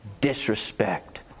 disrespect